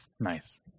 Nice